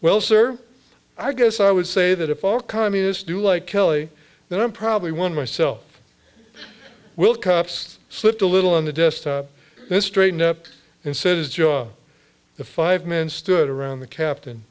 sir i guess i would say that if all communists do like kelly then i'm probably one myself will cops slipped a little on the desktop this straightened up and said his jaw the five men stood around the captain